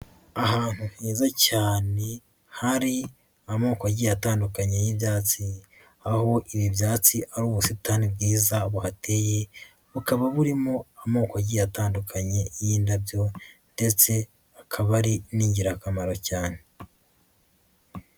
Ahantu heza cyane, hari amoko agiye atandukanye y'ibyatsi, aho ibi byatsi ari ubusitani bwiza buhateye, bukaba burimo amoko agiye atandukanye y'indabyo ndetse akaba ari n'ingirakamaro cyane.